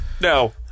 No